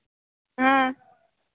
ᱦᱮᱸ